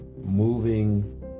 moving